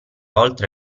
oltre